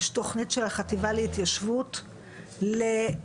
יש תוכנית של החטיבה להתיישבות לקידום,